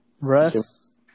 Russ